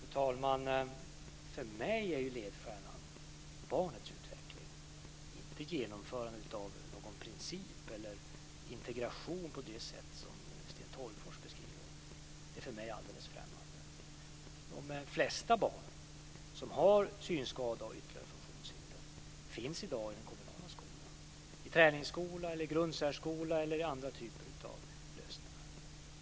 Fru talman! För mig är ledstjärnan barnets utveckling, inte genomförandet av någon princip eller integration på det sätt som Sten Tolgfors beskriver. Det är för mig alldeles främmande. De flesta barn som har en synskada och ett ytterligare funktionshinder finns i dag i den kommunala skolan - i träningsskola, i grundsärskola eller i andra typer av lösningar.